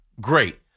great